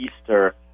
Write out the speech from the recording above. Easter